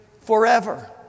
forever